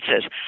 says